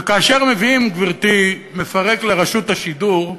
וכאשר מביאים, גברתי, מפרק לרשות השידור,